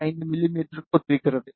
5 மிமீக்கு ஒத்திருக்கிறது